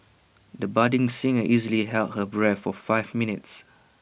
the budding singer easily held her breath for five minutes